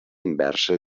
inversa